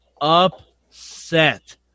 upset